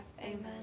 amen